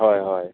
हय हय